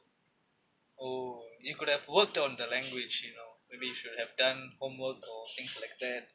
oh you could have worked on the language you know maybe you should have done homework or things like that